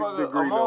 degree